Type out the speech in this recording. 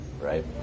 right